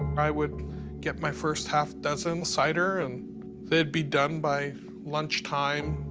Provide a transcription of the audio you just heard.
i would get my first half dozen cider, and they'd be done by lunchtime.